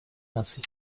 наций